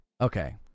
okay